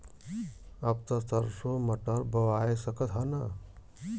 अब त सरसो मटर बोआय सकत ह न?